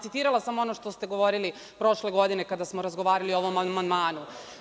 Citirala sam ono što ste govorili prošle godine kada smo razgovarali o ovom amandmanu.